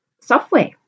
software